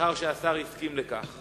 לאחר שהשר הסכים לכך.